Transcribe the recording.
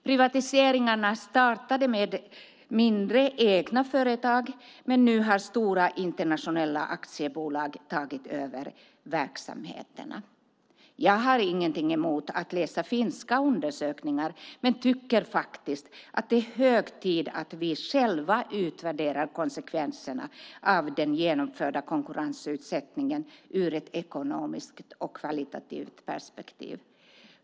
Privatiseringarna startades som mindre egna företag, men nu har stora internationella aktiebolag tagit över verksamheterna. Jag har ingenting emot att läsa finska undersökningar men tycker att det faktiskt är hög tid att vi själva utvärderar konsekvenserna av den genomförda konkurrensutsättningen ur ett ekonomiskt och kvalitativt perspektiv.